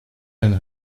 and